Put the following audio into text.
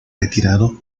retirado